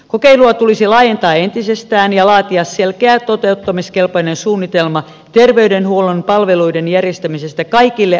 kokeilua tulisi laajentaa entisestään ja laatia selkeä toteuttamiskelpoinen suunnitelma terveydenhuollon palveluiden järjestämisestä kaikille ammattikorkeakouluopiskelijoille